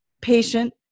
patient